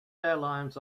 airlines